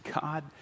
God